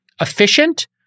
efficient